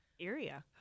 area